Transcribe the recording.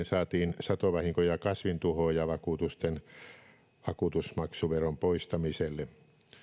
saatiin hyväksyminen satovahinko ja kasvintuhoojavakuutusten vakuutusmaksuveron poistamiselle